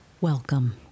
Welcome